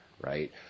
right